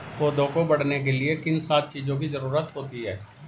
पौधों को बढ़ने के लिए किन सात चीजों की जरूरत होती है?